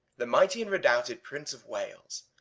the mighty and redoubted prince of wales,